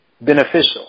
beneficial